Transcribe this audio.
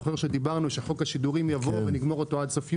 אתה זוכר שדיברנו שחוק השידורים יבוא ונגמור אותו עד סוף יולי?